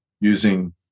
using